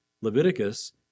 Leviticus